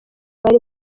bari